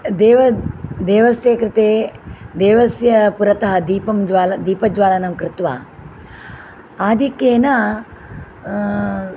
देव देवस्य कृते देवस्य पुरतः अधिकं दीपज्वालनं कृत्वा आधिक्येन